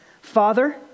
Father